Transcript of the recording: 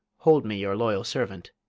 hold me your loyal servant.